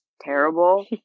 terrible